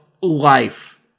life